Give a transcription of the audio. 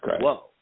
whoa